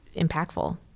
impactful